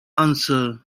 answer